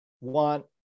want